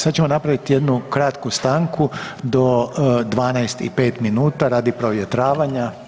Sad ćemo napraviti jednu kratku stanku do 12 i 5 minuta radi provjetravanja.